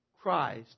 Christ